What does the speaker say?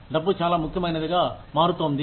డబ్బు చాలా ముఖ్యమైనదిగా మారుతోంది